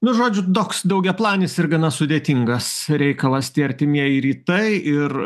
nu žodžiu toks daugiaplanis ir gana sudėtingas reikalas tie artimieji rytai ir